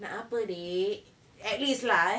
nak apa dik at least lah eh